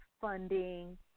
funding